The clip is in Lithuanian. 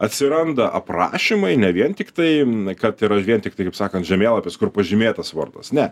atsiranda aprašymai ne vien tiktai kad yra vien tik tai kaip sakant žemėlapis kur pažymėtas vardas ne